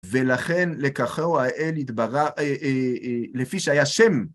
ולכן, לקחהו האל התברך לפי שהיה שם.